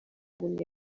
umuntu